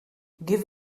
give